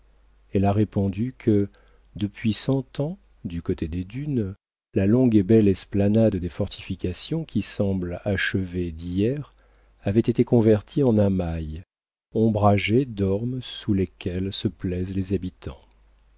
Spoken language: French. elle a répondu que depuis cent ans du côté des dunes la longue et belle esplanade des fortifications qui semblent achevées d'hier avait été convertie en un mail ombragé d'ormes sous lesquels se plaisent les habitants